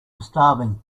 starving